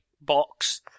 box